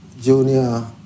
junior